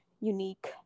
unique